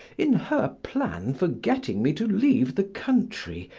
in her plan for getting me to leave the country,